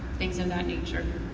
things of that nature.